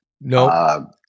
No